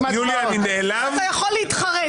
יוליה, אני נעלב שאת מאשימה אותי במשיכת זמן.